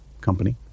company